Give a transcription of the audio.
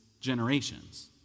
generations